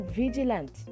vigilant